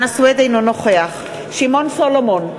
אינו נוכח שמעון סולומון,